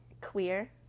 queer